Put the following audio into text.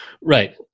Right